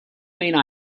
main